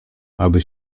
aby